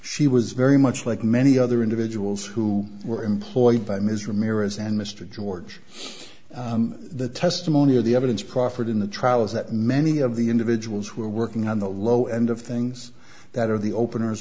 was very much like many other individuals who were employed by ms ramirez and mr george the testimony of the evidence proffered in the trial is that many of the individuals who are working on the low end of things that are the openers